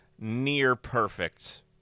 near-perfect